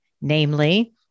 namely